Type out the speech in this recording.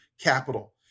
capital